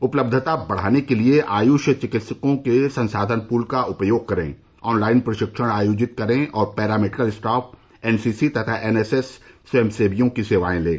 उपलब्धता बढ़ाने के लिये आयुष चिकित्सकों के संसाधन पूल का उपयोग करें ऑनलाइन प्रशिक्षण आयोजित करें और पैरा मेडिकल स्टाफ एनसीसी तथा एनएसएस स्वयंसेवियों की सेवाएं लें